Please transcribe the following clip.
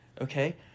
Okay